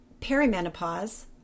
perimenopause